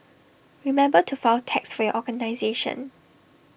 remember to file tax for your organisation